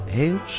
heel